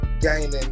gaining